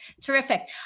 Terrific